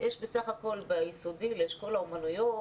יש בסך הכל ביסודי לאשכול האומנויות,